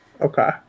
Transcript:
Okay